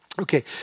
Okay